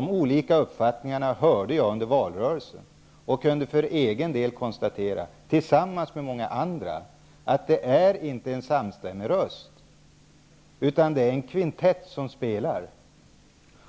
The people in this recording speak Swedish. Dessa olika uppfattningar hörde jag framföras under valrörelsen, och jag kunde konstatera -- tillsammans med många andra -- att det inte är en samstämmig röst som hörs, utan det är en kvintett som spelar.